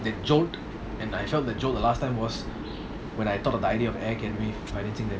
that jolt and I felt that jolt the last time was when I thought of the idea of financing